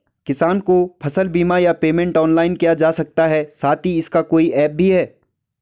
किसानों को फसल बीमा या पेमेंट ऑनलाइन किया जा सकता है साथ ही इसका कोई ऐप भी है?